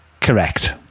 Correct